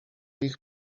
ich